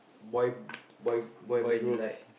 boy boy boy band you like